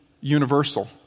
universal